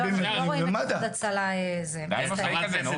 נו, די.